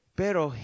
pero